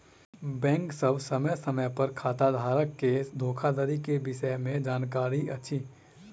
bank सभ समय समय पर खाताधारक के धोखाधड़ी के विषय में जानकारी अछि